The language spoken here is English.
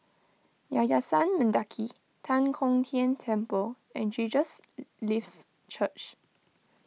Yayasan Mendaki Tan Kong Tian Temple and Jesus Lives Church